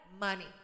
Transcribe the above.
money